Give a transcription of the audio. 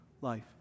life